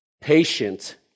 patient